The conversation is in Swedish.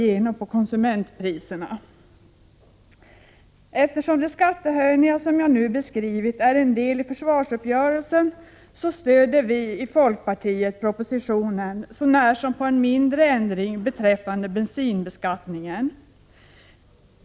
Eftersom de skattehöjningar som jag nu har beskrivit är en del i försvarsuppgörelsen stödjer vi i folkpartiet propositionen, sånär som på en mindre ändring beträffande bensinbeskattningen.